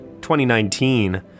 2019